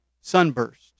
Sunburst